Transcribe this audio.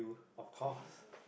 of course